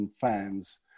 fans